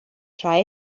try